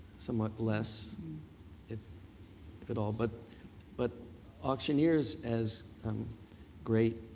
somewhat less if if at all. but but auctioneers as great